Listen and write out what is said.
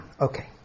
Okay